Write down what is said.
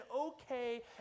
okay